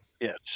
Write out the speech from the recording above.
Yes